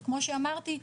וכמו שאמרתי,